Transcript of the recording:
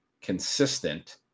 consistent